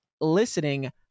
listening